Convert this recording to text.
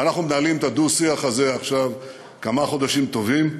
ואנחנו מנהלים את הדו-שיח הזה עכשיו כמה חודשים טובים,